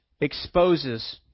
exposes